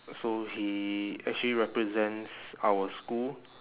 so he actually represents our school